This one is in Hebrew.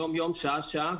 יום יום ושעה שעה,